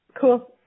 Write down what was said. cool